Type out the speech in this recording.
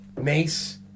mace